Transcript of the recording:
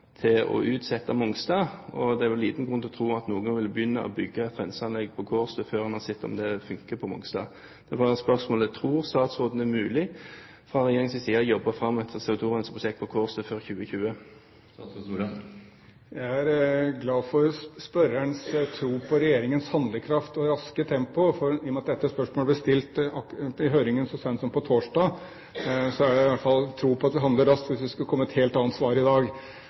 til å utsette Mongstad? Det er jo liten grunn til å tro at noen vil begynne å bygge et renseanlegg på Kårstø før man har sett om det funker på Mongstad. Derfor er spørsmålet: Tror statsråden det er mulig fra regjeringens side å jobbe fram et CO2-renseprosjekt på Kårstø før 2020? Jeg er glad for spørrerens tro på regjeringens handlekraft og raske tempo, i og med at dette spørsmålet ble stilt i høringen så sent som på torsdag. Man har i hvert fall tro på at vi handler raskt, om vi skulle kommet med et helt annet svar i dag.